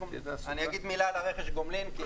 אני אגיד מילה על רכש גומלין כי